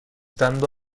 dando